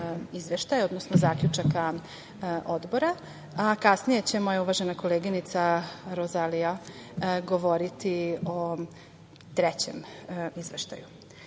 odnosno zaključaka odbora, a kasnije će moja uvažena koleginica Rozalija govoriti o trećem izveštaju. Pred